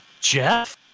Jeff